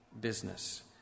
business